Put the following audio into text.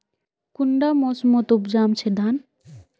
कुंडा मोसमोत उपजाम छै धान?